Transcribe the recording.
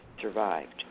survived